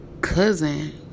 cousin